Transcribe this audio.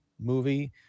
movie